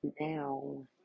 now